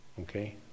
Okay